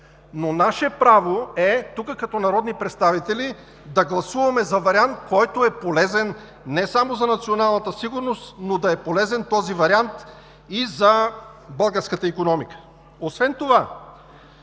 Но наше право е тук, като народни представители, да гласуваме за вариант, който е полезен не само за националната сигурност, но и за българската икономика. Освен това